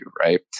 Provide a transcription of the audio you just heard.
Right